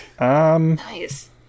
Nice